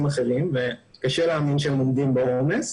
אחרים וקשה להאמין שהם עומדים בעומס,